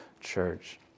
church